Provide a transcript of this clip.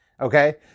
okay